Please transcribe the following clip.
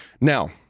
Now –